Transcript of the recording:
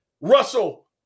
Russell